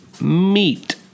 meat